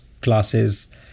classes